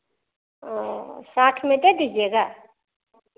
औ साठ में दे दीजिएगा